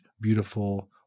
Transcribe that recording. beautiful